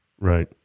Right